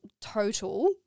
total